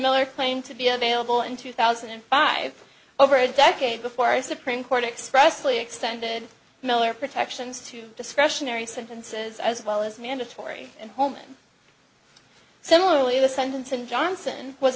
miller claimed to be available in two thousand and five over a decade before supreme court expressly extended miller protections to discretionary sentences as well as mandatory and home similarly the sentence in johnson was